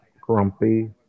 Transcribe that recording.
grumpy